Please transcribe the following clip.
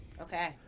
Okay